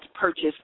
purchase